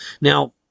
Now